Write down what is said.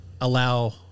allow